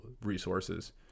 resources